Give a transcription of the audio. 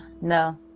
no